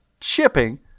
shipping